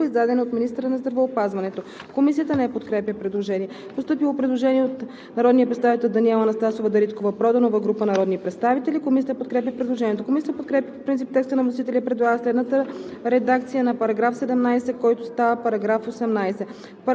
и механизмът за заплащане на съответните лекарствени продукти се определят с наредба, издадена от министъра на здравеопазването.“ Комисията не подкрепя предложението. Постъпило е предложение от народния представител Даниела Анастасова Дариткова-Проданова и група народни представители. Комисията подкрепя предложението. Комисията подкрепя по принцип текста на вносителя и предлага следната